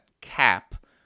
cap